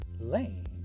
Lane